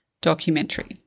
documentary